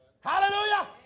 Hallelujah